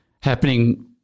happening